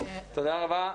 תודה רבה.